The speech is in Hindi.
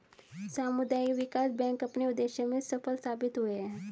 सामुदायिक विकास बैंक अपने उद्देश्य में सफल साबित हुए हैं